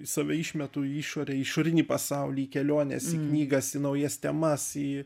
save išmetu į išorę į išorinį pasaulį į keliones į knygas į naujas temas į